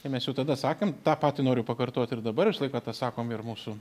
ir mes jau tada sakėm tą patį noriu pakartot ir dabar ir visą laiką tą sakom ir mūsų